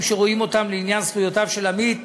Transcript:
שרואים אותם לעניין זכויותיו של עמית